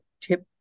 tip